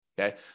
okay